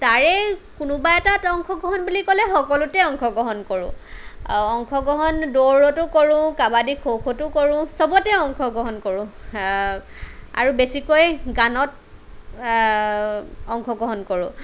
তাৰেই কোনোবা এটাত অংশগ্ৰহণ বুলি ক'লে সকলোতে অংশগ্ৰহণ কৰোঁ অংশগ্ৰহণ দৌৰতো কৰোঁ কাবাডি খ' খ'টো কৰোঁ চবতে অংশগ্ৰহণ কৰোঁ আৰু বেছিকৈ গানত অংশগ্ৰহণ কৰোঁ